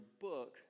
book